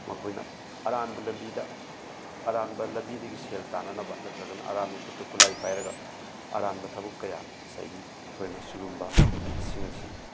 ꯃꯈꯣꯏꯅ ꯑꯔꯥꯟꯕ ꯂꯝꯕꯤꯗ ꯑꯔꯥꯟꯕ ꯂꯝꯕꯤꯗꯒꯤ ꯁꯦꯜ ꯇꯥꯟꯅꯅꯕ ꯅꯠꯇ꯭ꯔꯒꯅ ꯑꯔꯥꯟꯕ ꯈꯨꯠꯇ ꯈꯨꯠꯂꯥꯏ ꯄꯥꯏꯔꯒ ꯑꯔꯥꯟꯕ ꯊꯕꯛ ꯀꯌꯥ ꯉꯁꯥꯏꯒꯤ ꯑꯩꯈꯣꯏꯅ ꯁꯤꯒꯨꯃꯕ ꯁꯤꯡꯁꯤ